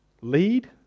Lead